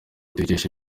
tuyikesha